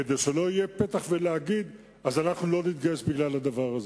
כדי שלא יהיה פתח להגיד: אז אנחנו לא נתגייס בגלל הדבר הזה.